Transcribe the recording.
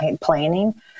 planning